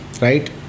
Right